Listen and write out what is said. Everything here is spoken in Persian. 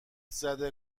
زده